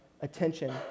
attention